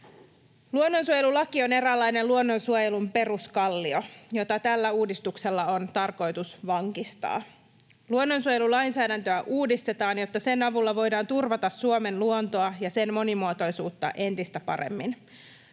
Luonnonsuojelulaki on eräänlainen luonnonsuojelun peruskallio, jota tällä uudistuksella on tarkoitus vankistaa. Luonnonsuojelulainsäädäntöä uudistetaan, jotta sen avulla voidaan turvata Suomen luontoa ja sen monimuotoisuutta entistä paremmin.